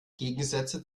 gegensätze